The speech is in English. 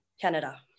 canada